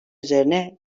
üzerine